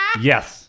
Yes